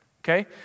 Okay